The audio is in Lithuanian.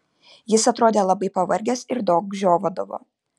jis atrodė labai pavargęs ir daug žiovaudavo